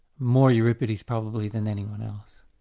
more euripides probably than anyone else.